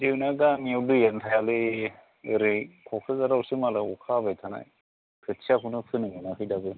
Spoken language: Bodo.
जोंना गामियाव दैयानो थायालै ओरै क'क्राझारावसो मालाय अखा हाबाय थानाय खोथियाखौनो फोनो मोनाखै दाबो